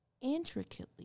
intricately